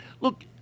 Look